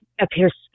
appears